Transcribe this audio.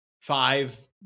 five